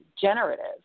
generative